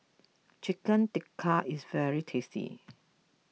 Chicken Tikka is very tasty